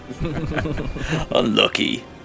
Unlucky